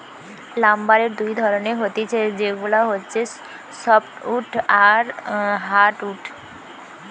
লাম্বারের দুই ধরণের হতিছে সেগুলা হচ্ছে সফ্টউড আর হার্ডউড